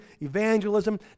evangelism